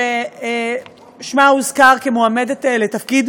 ששמה הוזכר כמועמדת לתפקיד